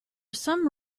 some